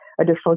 additional